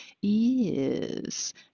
yes